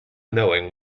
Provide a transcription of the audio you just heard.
knowing